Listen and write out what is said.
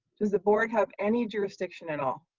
does the board have any jurisdiction at all?